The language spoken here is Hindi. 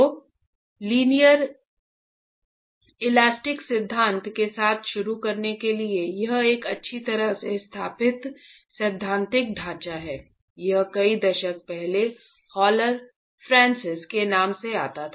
तो लीनियर इलास्टिक सिद्धांत के साथ शुरू करने के लिए यह एक अच्छी तरह से स्थापित सैद्धांतिक ढांचा है यह कई दशक पहले हॉलर फ्रांसिस के काम से आता है